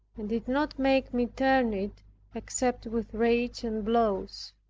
and did not make me turn it except with rage and blows.